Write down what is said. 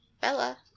Bella